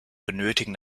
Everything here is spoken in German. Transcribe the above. benötigen